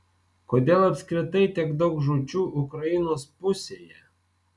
kodėl apskritai tiek daug žūčių ukrainos pusėje